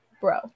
Bro